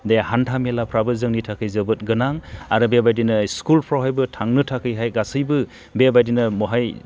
बे हान्था मेलाफ्राबो जोंनि थाखाय जोबोद गोनां आरो बेबादिनो स्कुलफ्रावहायबो थांनो थाखायहाय गासैबो बेबादिनो बहाय